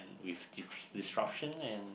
with disruption and